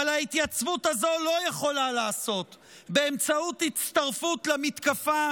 אבל ההתייצבות הזו לא יכולה להיעשות באמצעות הצטרפות למתקפה